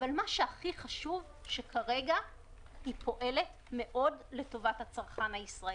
אבל הכי חשוב שכרגע היא פועלת מאוד לטובת הצרכן הישראלי.